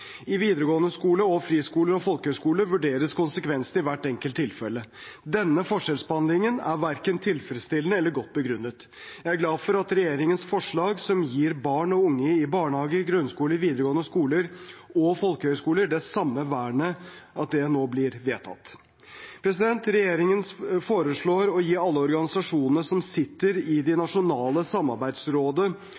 I videregående skole, friskoler og folkehøyskoler vurderes konsekvensene i hvert enkelt tilfelle. Denne forskjellsbehandlingen er verken tilfredsstillende eller godt begrunnet. Jeg er glad for at regjeringens forslag, som gir barn og unge i barnehager, grunnskoler, videregående skoler og folkehøyskoler det samme vernet, nå blir vedtatt. Regjeringen foreslår å gi alle organisasjonene som sitter i det